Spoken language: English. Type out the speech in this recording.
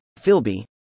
Philby